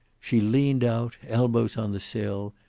she leaned out, elbows on the sill,